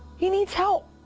he needs help.